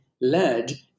led